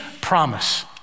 promise